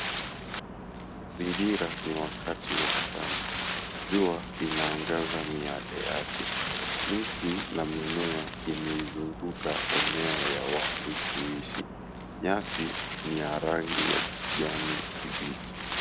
Mazingira ni wakati wa mchana. Jua inaangaza miale yake. Miti na mimea imeizunguka eneo ya watu huishi. Nyasi ni ya rangi ya kijani kibichi.